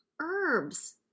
herbs